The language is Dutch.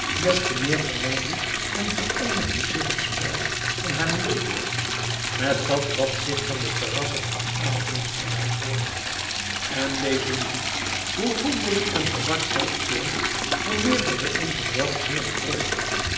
des te meer vermengde en vereenigde zich het spel van haar muziekkorps met dat wat zich van de terrassen van aladdin's paleis hooren liet en deze muziek hoe wonderlijk en verward zij ook klonk vermeerderde evenwel zeer de vreugde